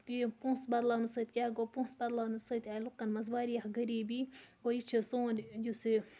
تہِ یِم پونٛسہٕ بَدلاونہٕ سۭتۍ کیٛاہ گوٚو پونٛسہٕ بَدلاونہٕ سۭتۍ آیہِ لُکَن منٛز واریاہ غریٖبی گوٚو یہِ چھِ سٲنۍ یُس یہِ